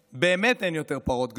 שבאמת אין יותר פרות קדושות,